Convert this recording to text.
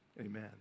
amen